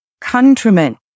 Countrymen